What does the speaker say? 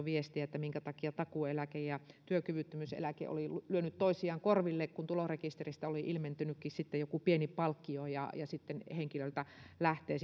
viestiä takuueläke ja työkyvyttömyyseläke ovat lyöneet toisiaan korville kun tulorekisteristä onkin ilmennyt jokin pieni palkkio ja henkilöltä lähtee